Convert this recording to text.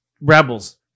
Rebels